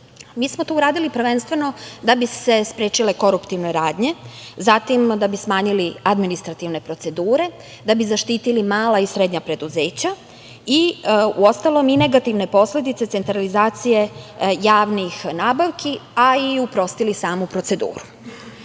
smo to uradili, prvenstveno da bi se sprečile koruptivne radnje, zatim da bi smanjili administrativne procedure, da bi zaštitili mala i srednja preduzeća i uostalom, i negativne posledice centralizacije javnih nabavki, a i uprostili samu proceduru. Izveštaj